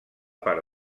part